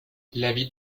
l’avis